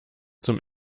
zum